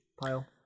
pile